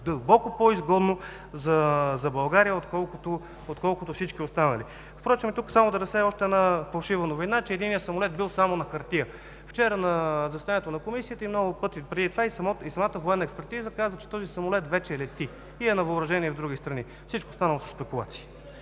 далеч по-изгодно за България, отколкото всички останали. Само да разсея още една фалшива новина – че единият самолет бил само на хартия. Вчера на заседанието на Комисията и много пъти преди това, а и самата военна експертиза каза, че този самолет вече лети и е на въоръжение в други страни. Всичко останало са спекулации.